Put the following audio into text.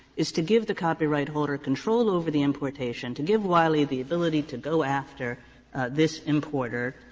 is to give the copyright holder control over the importation, to give wiley the ability to go after this importer,